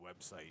website